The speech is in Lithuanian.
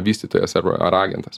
vystytojas ar ar agentas